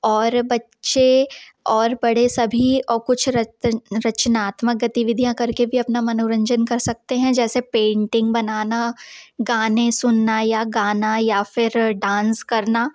और बच्चे और बड़े सभी और कुछ रचनात्मक गतिविधिययाँ कर के भी अपना मनोरंजन कर सकते हैं जैसे पेंटिंग बनाना गाने सुनना या गाना या फिर डांस करना